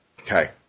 Okay